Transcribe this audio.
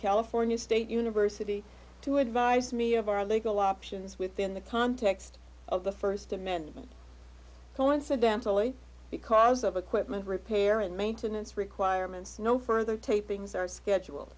california state university to advise me of our legal options within the context of the st amendment coincidentally because of equipment repair and maintenance requirements no further tapings are schedule